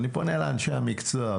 אני פונה לאנשי המקצוע,